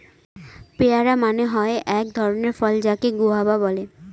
পেয়ারা মানে হয় এক ধরণের ফল যাকে গুয়াভা বলে